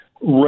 right